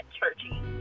churchy